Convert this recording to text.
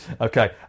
Okay